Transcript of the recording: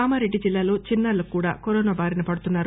కామారెడ్డి జిల్లాలో చిన్నారులు కూడా కరోనా బారిన పడుతున్నారు